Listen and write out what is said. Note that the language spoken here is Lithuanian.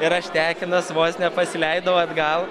ir aš tekinas vos nepasileidau atgal